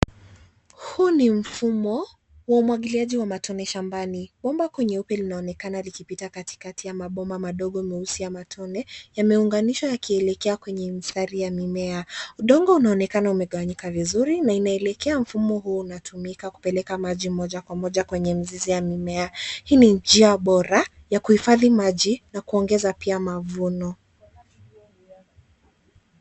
Huu ni mfumo wa umwagiliaji wa matone shambani bomba nyeupe linaonekana likipita katikati ya mabomba meusi ya matone yameunganishwa yakielekea kwenye mistari ya mimea. Udongo unaonekana umegawanyika vizuri na unaelekea kupeleka maji moja kwenye mizizi ya mimea. Hii ni njia bora ya kuhifadhi maji na kuongeza pia mavuno.